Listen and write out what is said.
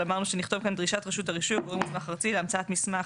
אבל אמרנו שנכתוב כאן "דרישת רשות הרישוי עבור מוסמך ארצי להמצאת מסמך